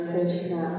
Krishna